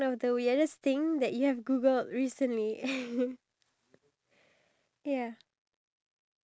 fast and I cannot keep up with it so I have to change the cho~ cho~ the choreography